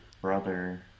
brother